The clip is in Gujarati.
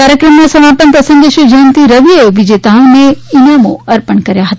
કાર્યક્રમના સમાપન પ્રસંગે શ્રી જયંતી રવિએ વિજેતાઓને ઇનામ અર્પણ કર્યા હતા